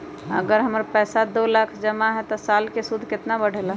अगर हमर पैसा दो लाख जमा है त साल के सूद केतना बढेला?